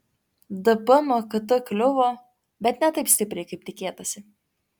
dp nuo kt kliuvo bet ne taip stipriai kaip tikėtasi